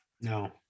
No